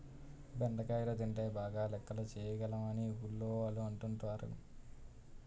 బెండకాయలు తింటే బాగా లెక్కలు చేయగలం అని ఊర్లోవాళ్ళు అంటుంటారు